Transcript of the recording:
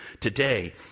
Today